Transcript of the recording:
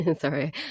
sorry